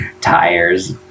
tires